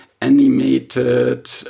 animated